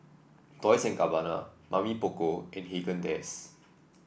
Dolce and Gabbana Mamy Poko and Haagen Dazs